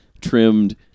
trimmed